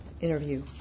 interview